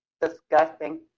disgusting